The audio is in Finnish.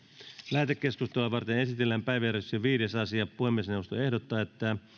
lähetekeskustelua varten esitellään päiväjärjestyksen viides asia puhemiesneuvosto ehdottaa että